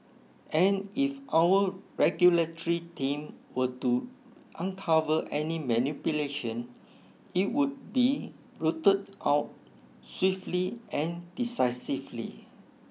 and if our regulatory team were to uncover any manipulation it would be rooted out swiftly and decisively